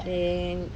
then